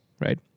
right